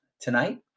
tonight